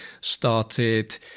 started